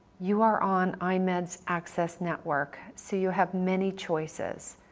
you are on eyemed's access network, so you have many choices.